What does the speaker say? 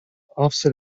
offset